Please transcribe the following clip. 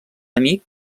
amic